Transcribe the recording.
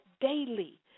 daily